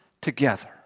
together